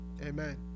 Amen